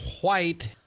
White